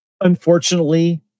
unfortunately